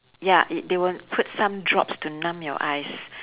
ya it they will put some drops to numb your eyes